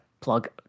plug